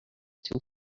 too